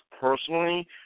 personally